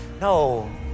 no